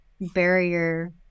barrier